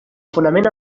fonament